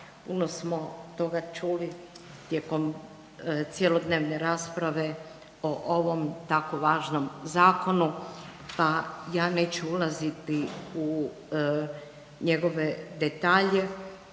puno smo toga čuli, tijekom cjelodnevne rasprave o ovom tako važnom zakonu pa ja neću ulaziti u njegove detalje,